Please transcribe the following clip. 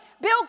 Bill